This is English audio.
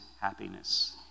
happiness